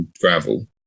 gravel